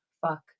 Fuck